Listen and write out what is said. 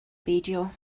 beidio